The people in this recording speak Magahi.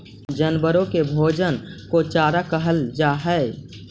जानवरों के भोजन को चारा कहल जा हई